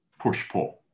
push-pull